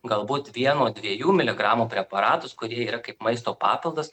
galbūt vieno dviejų miligramų preparatus kurie yra kaip maisto papildas